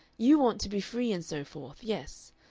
you want to be free and so forth, yes.